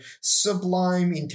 Sublime